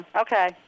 okay